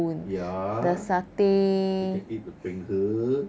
ya you can eat the peng he